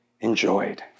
enjoyed